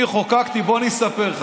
אני חוקקתי, בוא אני אספר לך.